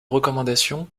recommandations